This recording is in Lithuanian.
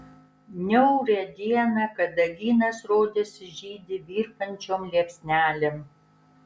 niaurią dieną kadagynas rodėsi žydi virpančiom liepsnelėm